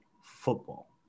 football